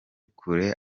kure